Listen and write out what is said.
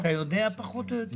אתה יודע פחות או יותר?